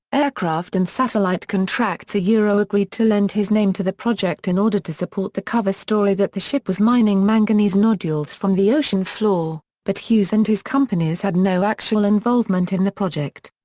aircraft and satellite contracts yeah agreed to lend his name to the project in order to support the cover story that the ship was mining manganese nodules from the ocean floor, but hughes and his companies had no actual involvement in the project.